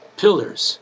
pillars